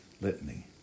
litany